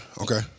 okay